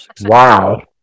Wow